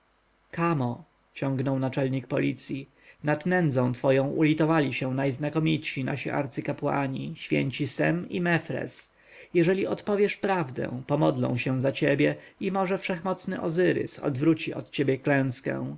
kamo ciągnął naczelnik policji nad nędzą twoją ulitowali się najznakomitsi nasi arcykapłani święci sem i mefres jeżeli odpowiesz prawdę pomodlą się za ciebie i może wszechmocny ozyrys odwróci od ciebie klęskę